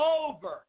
over